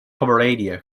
pomerania